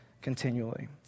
continually